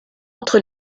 entre